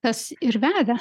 kas ir veda